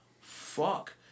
Fuck